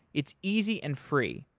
it's easy and free.